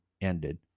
ended